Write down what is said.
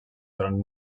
durant